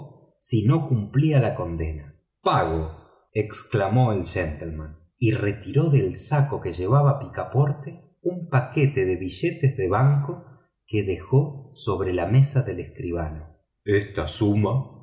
si no cumplía la condena pago exclamó el gentleman y retiró del saco que llevaba picaporte un paquete de billetes de banco que dejó sobre la mesa del escribano esta suma